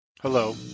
Hello